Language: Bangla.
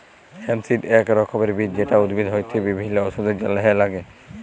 হেম্প সিড এক রকমের বীজ যেটা উদ্ভিদ হইতে বিভিল্য ওষুধের জলহে লাগ্যে